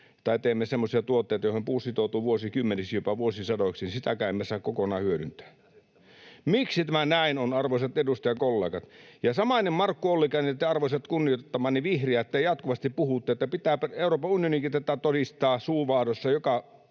tai teemme semmoisia tuotteita, joihin puu sitoutuu vuosikymmeniksi ja jopa vuosisadoiksi, sitäkään emme saa kokonaan hyödyntää. [Petri Huru: Käsittämätöntä!] Miksi tämä näin on, arvoisat edustajakollegat? Samainen Markku Ollikainen ja te, arvoisat kunnioittamani vihreät, jatkuvasti puhutte, ja pitää Euroopan unioninkin tätä todistaa — suu vaahdossa